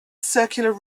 circular